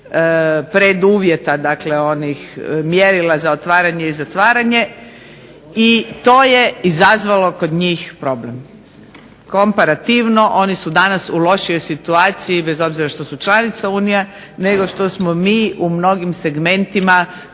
preduvjeta, dakle onih mjerila za otvaranje i zatvaranje i to je izazvalo kod njih problem. Komparativno oni su danas u lošijoj situaciji bez obzira što su članica Unije nego što smo mi u mnogim segmentima